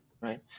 right